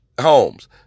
Homes